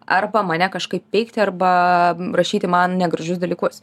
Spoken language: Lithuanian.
arba mane kažkaip peikti arba rašyti man negražius dalykus